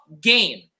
game